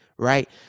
right